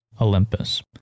Olympus